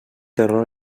terror